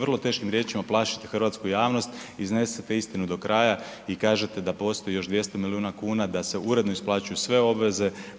vrlo teškim riječima plašite hrvatsku javnost iznesite istinu i do kraja i kažete da postoji još 200 milijuna kuna da se uredno isplaćuju sve obveze